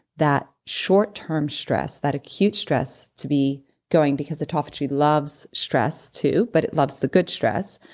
that short-term stress that acute stress to be going because autophagy loves stress too, but it loves the good stress,